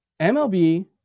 MLB